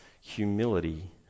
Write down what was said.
humility